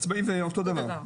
עצמאי זה אותו דבר.